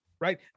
right